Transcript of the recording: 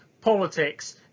politics